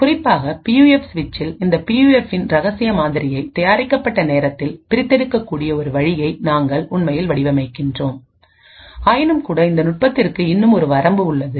குறிப்பாக பியூஎஃப்சுவிட்சில் இந்த பியூஎஃப்பின்ரகசிய மாதிரியை தயாரிக்கப்பட்ட நேரத்தில் பிரித்தெடுக்கக்கூடிய ஒரு வழியை நாங்கள் உண்மையில் வடிவமைக்கிறோம் ஆயினும்கூட இந்த நுட்பத்திற்கு இன்னும் ஒரு வரம்பு உள்ளது